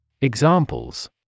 Examples